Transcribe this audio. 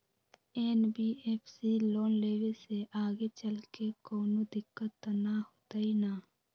NBFC से loan लेबे से आगेचलके कौनो दिक्कत त न होतई न?